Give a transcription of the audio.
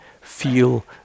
feel